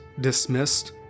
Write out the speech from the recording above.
dismissed